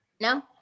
No